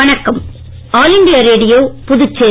வணக்கம் all India radio Puducherry